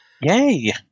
Yay